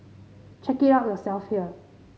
check it out yourself here